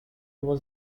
was